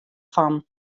fan